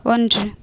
ஒன்று